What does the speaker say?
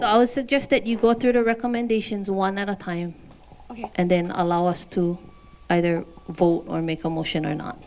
suggest that you go through the recommendations one at a time and then allow us to either vote or make a motion or not